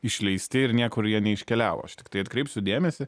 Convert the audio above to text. išleisti ir niekur jie neiškeliavo aš tiktai atkreipsiu dėmesį